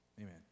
Amen